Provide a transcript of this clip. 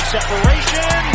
Separation